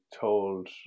told